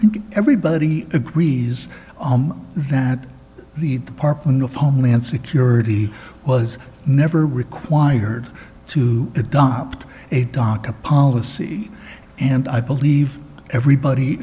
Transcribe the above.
i think everybody agrees that the department of homeland security was never required to adopt a doc a policy and i believe everybody